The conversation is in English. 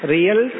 Real